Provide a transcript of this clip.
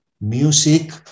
music